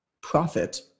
profit